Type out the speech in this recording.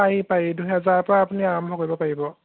পাৰি পাৰি দুহেজাৰৰ পা আপুনি আৰম্ভ কৰিব পাৰিব